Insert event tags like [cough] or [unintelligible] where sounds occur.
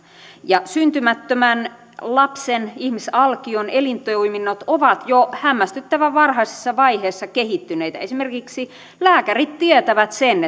syntymättömän lapsen ihmisalkion elintoiminnot ovat jo hämmästyttävän varhaisessa vaiheessa kehittyneitä lääkärit esimerkiksi tietävät sen [unintelligible]